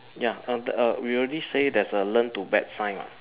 ya we already say there's a learn to bat sign [what]